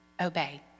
obey